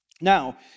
Now